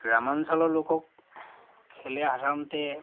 গ্ৰামাঞ্চলৰ লোকক খেলে সাধাৰণতে